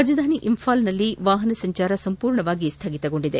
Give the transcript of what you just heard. ರಾಜಧಾನಿ ಇಂಫಾಲ್ನಲ್ಲಿ ವಾಹನ ಸಂಚಾರ ಸಂಪೂರ್ಣವಾಗಿ ಸ್ಥಗಿತಗೊಂಡಿದೆ